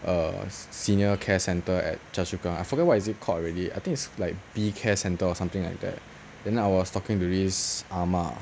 err senior care centre at the choa chu kang I forget what is it called already I think it's like B care centre or something like that then I was talking to this 阿嬷